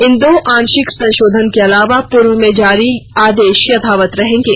इन दो आंशिक संशोधन के अलावा पूर्व में जारी आदेश यथावत रहेंगे